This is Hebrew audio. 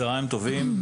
צוהריים טובים,